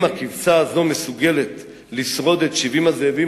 אם הכבשה הזאת מסוגלת לשרוד את 70 הזאבים